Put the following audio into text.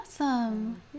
awesome